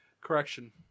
Correction